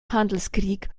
handelskrieg